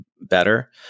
better